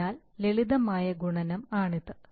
അതിനാൽ ലളിതമായ ഗുണനം ആണിത്